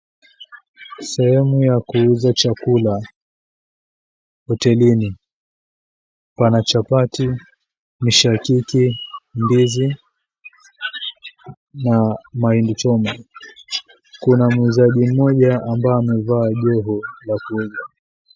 Sehemu ya kuuza chakula, hotelini. Pana chapati, mishakiki, ndizi na mahindi choma. Kuna muuzaji mmoja ambaye amevaa joho la kuuza.